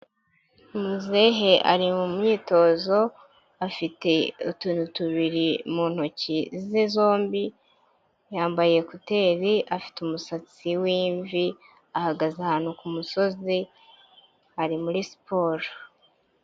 Muzehe ari mu myitozo afite utuntu tubiri mu ntoki ze zombi, yambaye kuteri afite umusatsi w'imvi ahagaze ahantu ku musozi ari muri siporo.